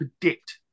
predict